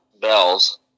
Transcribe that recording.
bells